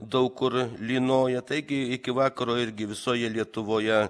daug kur lynoja taigi iki vakaro irgi visoje lietuvoje